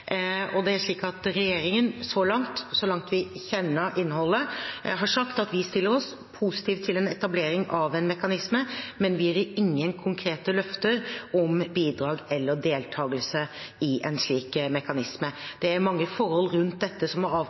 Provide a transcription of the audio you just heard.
Regjeringen har så langt, så langt vi kjenner innholdet, sagt at vi stiller oss positive til en etablering av en mekanisme, men vi gir ingen konkrete løfter om bidrag eller deltakelse i en slik mekanisme. Det er mange forhold rundt dette som må avklares, og det må vi vite mye mer om. Så er